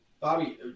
Bobby